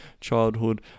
Childhood